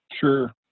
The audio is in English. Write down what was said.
Sure